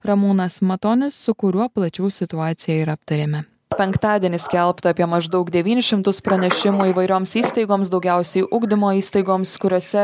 ramūnas matonis su kuriuo plačiau situaciją ir aptarėme penktadienį skelbta apie maždaug devynis šimtus pranešimų įvairioms įstaigoms daugiausiai ugdymo įstaigoms kuriose